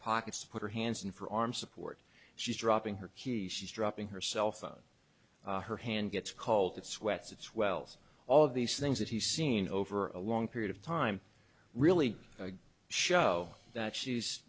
pockets to put her hands in for arm support she's dropping her keys she's dropping her cell phone her hand gets called that sweats it's wells all of these things that he's seen over a long period of time really show that she's